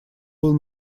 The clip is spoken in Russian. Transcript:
был